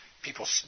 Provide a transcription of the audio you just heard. people